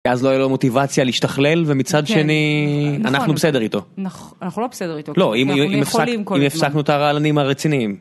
ואז לא היה לו מוטיבציה להשתכלל, ומצד שני, אנחנו בסדר איתו. אנחנו לא בסדר איתו. לא, אם הפסקנו את הרעלנים הרציניים.